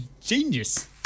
genius